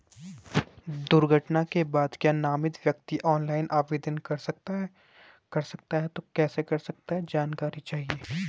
दुर्घटना के बाद क्या नामित व्यक्ति ऑनलाइन आवेदन कर सकता है कैसे जानकारी चाहिए?